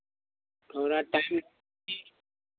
थोड़ा टाइम